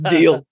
Deal